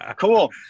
cool